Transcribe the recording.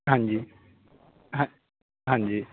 ਹਾਂਜੀ ਹਾਂ ਹਾਂਜੀ